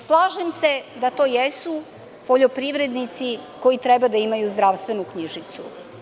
Slažem se da to jesu poljoprivrednici koji treba da imaju zdravstvenu knjižicu.